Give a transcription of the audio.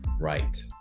Right